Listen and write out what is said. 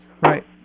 Right